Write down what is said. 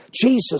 Jesus